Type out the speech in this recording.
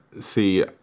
See